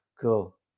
cool